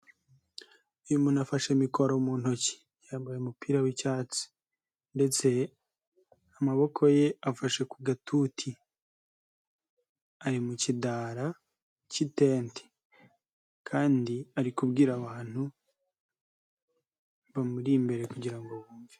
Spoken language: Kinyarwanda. Uyu muntu afashe mikoro mu ntoki yambaye umupira w'icyatsi ndetse amaboko ye afashe ku gatuti. Ari mu kidara k'itente kandi ari kubwira abantu bamuri imbere kugira ngo,